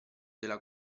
della